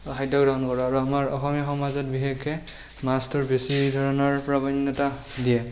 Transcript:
খাদ্য গ্ৰহণ কৰোঁ আৰু আমাৰ অসমীয়া সমাজত বিশেষকৈ মাছটোৰ বেছি ধৰণৰ দিয়ে